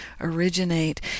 originate